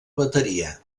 bateria